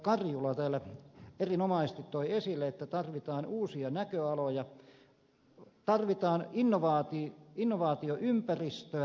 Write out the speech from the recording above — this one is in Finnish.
karjula täällä erinomaisesti toi esille että tarvitaan uusia näköaloja tarvitaan innovaatioympäristöä